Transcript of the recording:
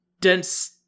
dense